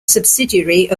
subsidiary